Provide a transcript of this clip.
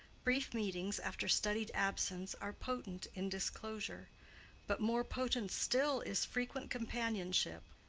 brief meetings after studied absence are potent in disclosure but more potent still is frequent companionship,